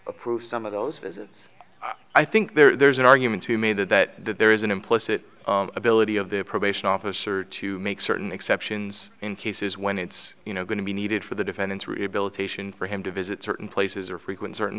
approve some of those visits i think there's an argument to me that there is an implicit ability of the probation officer to make certain exceptions in cases when it's you know going to be needed for the defendant's rehabilitation for him to visit certain places or frequent certain